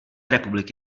republiky